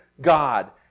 God